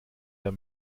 der